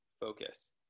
focus